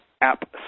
App